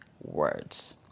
words